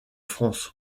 france